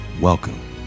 Welcome